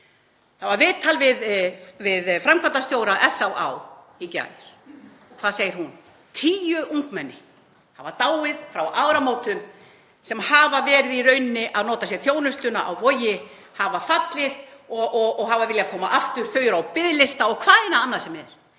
Það var viðtal við framkvæmdastjóra SÁÁ í gær. Hvað segir hún? Tíu ungmenni hafa dáið frá áramótum, sem hafa í raun verið að nýta sér þjónustuna á Vogi, hafa fallið og hafa viljað koma aftur, þau eru á biðlista og hvaðeina annað sem er.